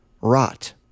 rot